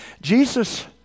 Jesus